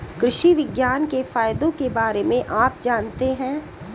कृषि विज्ञान के फायदों के बारे में आप जानते हैं?